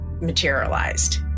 materialized